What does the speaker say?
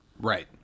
Right